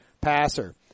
passer